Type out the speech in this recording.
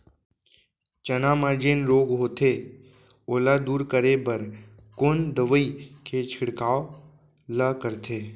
चना म जेन रोग होथे ओला दूर करे बर कोन दवई के छिड़काव ल करथे?